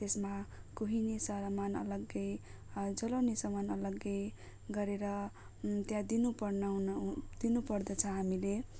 त्यसमा कुहिने सामान अलगै जलाउने सामान अलगै गरेर त्यहाँ दिनुपर्ने हुन दिनुपर्दछ हामीले